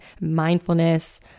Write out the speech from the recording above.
mindfulness